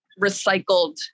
recycled